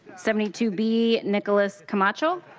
seventy two b, nicholas camacho?